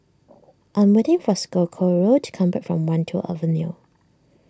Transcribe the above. I'm waiting for Socorro to come back from Wan Tho Avenue